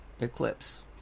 eclipse